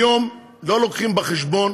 היום לא מביאים בחשבון